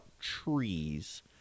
trees